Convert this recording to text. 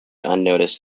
unnoticed